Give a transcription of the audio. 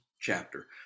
chapter